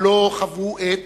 אבל לא חוו "את",